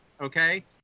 okay